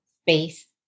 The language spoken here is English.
space